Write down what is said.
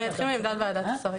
אני אתחיל עם עמדת ועדת השרים.